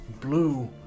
blue